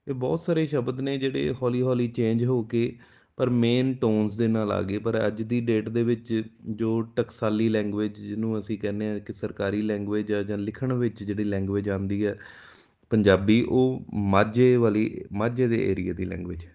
ਇਹ ਬਹੁਤ ਸਾਰੇ ਸ਼ਬਦ ਨੇ ਜਿਹੜੇ ਹੌਲੀ ਹੌਲੀ ਚੇਂਜ ਹੋ ਕੇ ਪਰ ਮੇਨ ਟੋਨਸ ਦੇ ਨਾਲ ਆ ਗਏ ਪਰ ਅੱਜ ਦੀ ਡੇਟ ਦੇ ਵਿੱਚ ਜੋ ਟਕਸਾਲੀ ਲੈਂਗੁਏਜ ਜਿਹਨੂੰ ਅਸੀਂ ਕਹਿੰਦੇ ਹਾਂ ਕਿ ਸਰਕਾਰੀ ਲੈਂਗੁਏਜ ਜਾਂ ਲਿਖਣ ਵਿੱਚ ਜਿਹੜੀ ਲੈਂਗੁਏਜ ਆਉਂਦੀ ਹੈ ਪੰਜਾਬੀ ਉਹ ਮਾਝੇ ਵਾਲੀ ਮਾਝੇ ਦੇ ਏਰੀਏ ਦੀ ਲੈਂਗੁਏਜ